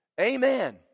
Amen